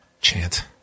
chant